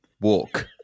walk